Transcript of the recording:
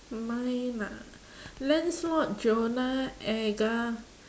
mine ah lancelot jonah edgar